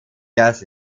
gas